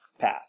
path